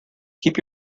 keep